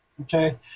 Okay